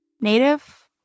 Native